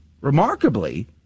remarkably